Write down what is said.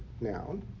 noun